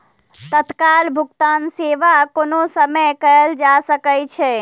तत्काल भुगतान सेवा कोनो समय कयल जा सकै छै